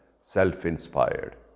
self-inspired